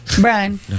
Brian